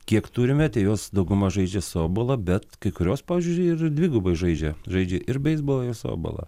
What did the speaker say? kiek turime tai jos dauguma žaidžia softbolą bet kai kurios pavyzdžiui ir ir dvigubai žaidžia žaidžia ir beisbolą ir softbolą